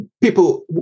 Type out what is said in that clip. People